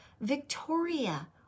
Victoria